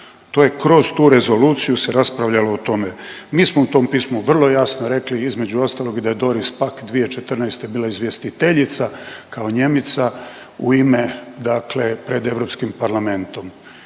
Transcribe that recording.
To je kroz tu rezolucija se raspravljalo o tome. Mi smo u tom pismu vrlo jasno rekli između ostalog da je Doris Pack 2014. bila izvjestiteljica kao Nijemica u ime dakle pred Europskim parlamentom